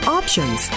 options